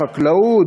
החקלאות,